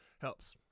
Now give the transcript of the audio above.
Helps